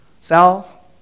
Sal